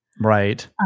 Right